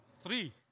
three